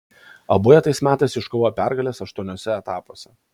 abu jie tais metais iškovojo pergales aštuoniuose etapuose